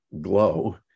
glow